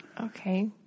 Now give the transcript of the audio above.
Okay